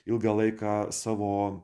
ilgą laiką savo